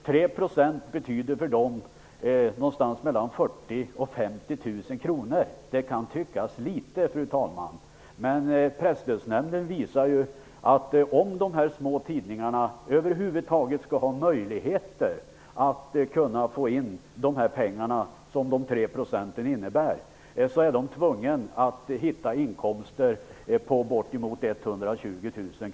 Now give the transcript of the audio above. För den tidningen betyder 3 % 40 000--50 000 kr. Det kan tyckas litet, fru talman, men Presstödsnämnden har visat att tidningarna är tvungna att hitta nya inkomster på bortemot 120 000 kr om de skall kunna få in de pengar som nedskärningen med 3 % innebär.